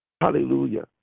Hallelujah